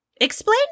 Explain